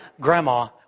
Grandma